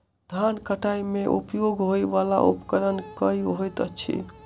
धान कटाई मे उपयोग होयवला उपकरण केँ होइत अछि?